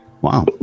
Wow